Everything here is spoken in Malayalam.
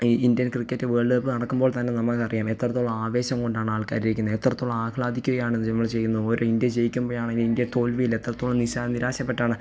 ഈ ഇന്ത്യൻ ക്രിക്കറ്റ് വേൾഡ് കപ്പ് നടക്കുമ്പോൾ തന്നെ നമുക്കറിയാം എത്രത്തോളം ആവേശം കൊണ്ടാണ് ആൾക്കാരിരിക്കുന്നത് എത്രത്തോളം ആഹ്ളാദിക്കുകയാണ് ഇത് നമ്മൾ ചെയ്യുന്ന ഓരോ ഇന്ത്യ ജയിക്കുമ്പോഴാണേലും ഇന്ത്യ തോൽവിയിലെത്രത്തോളം നിരാശപ്പെട്ടാണ്